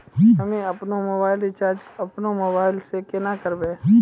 हम्मे आपनौ mobile recharge आपनौ मोबाइल से केना करवै?